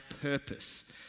purpose